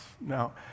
Now